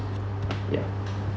ya